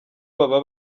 baba